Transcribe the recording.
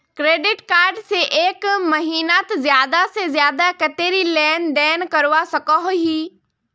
Credit card से एक महीनात ज्यादा से ज्यादा कतेरी लेन देन करवा सकोहो ही?